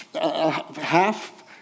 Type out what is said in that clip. half